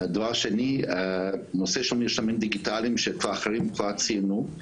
לגבי מרשמים דיגיטליים שכבר אחרים ציינו,